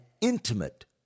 intimate